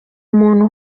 umuntu